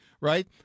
right